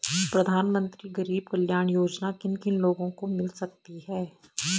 प्रधानमंत्री गरीब कल्याण योजना किन किन लोगों को मिल सकती है?